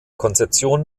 konzeption